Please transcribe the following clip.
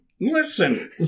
listen